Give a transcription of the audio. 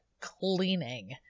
cleaning